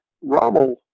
Rommel